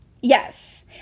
Yes